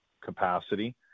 capacity